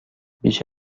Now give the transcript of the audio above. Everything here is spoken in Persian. بیش